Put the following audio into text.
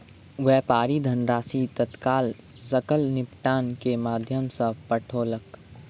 व्यापारी धनराशि तत्काल सकल निपटान के माध्यम सॅ पठौलक